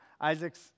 Isaac's